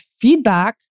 feedback